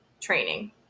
training